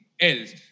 else